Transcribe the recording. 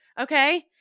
Okay